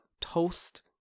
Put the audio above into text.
Toast